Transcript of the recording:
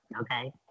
Okay